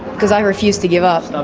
because i refuse to give up.